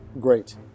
Great